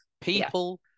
people